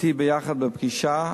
אתי ביחד בפגישה,